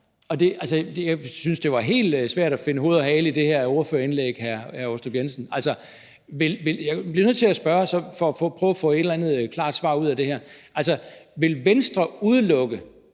jeg syntes, det var meget svært at finde hoved og hale i det her ordførerindlæg, hr. Michael Aastrup Jensen. Jeg bliver så nødt til at spørge for at prøve at få et eller andet klart svar ud af det her: Vil Venstre totalt